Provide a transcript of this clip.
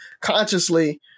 consciously